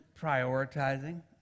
prioritizing